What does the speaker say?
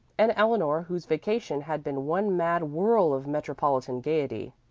and eleanor, whose vacation had been one mad whirl of metropolitan gaiety.